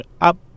up